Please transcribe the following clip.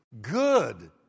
good